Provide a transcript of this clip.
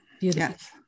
Yes